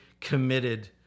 committed